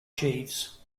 jeeves